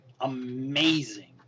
amazing